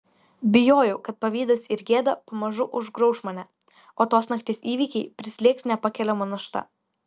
bijojau kad pavydas ir gėda pamažu užgrauš mane o tos nakties įvykiai prislėgs nepakeliama našta